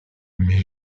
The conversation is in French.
mais